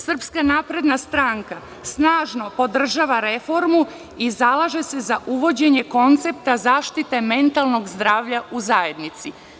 Srpska napredna stranka snažno podržava reformu i zalaže se za uvođenje koncepta zaštite mentalnog zdravlja u zajednici.